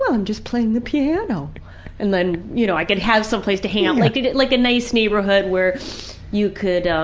i'm just playing the piano and then, you know, i could have someplace to hang and like out, like a nice neighborhood where you could,